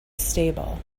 stable